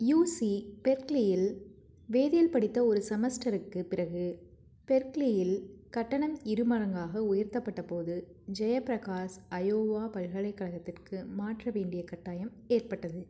U C பெர்க்லியில் வேதியியல் படித்த ஒரு செமஸ்டருக்குப் பிறகு பெர்க்லியில் கட்டணம் இரு மடங்காக உயர்த்தப்பட்டபோது ஜெயப்பிரகாஷ் அயோவா பல்கலைக்கழகத்திற்கு மாற்ற வேண்டிய கட்டாயம் ஏற்பட்டது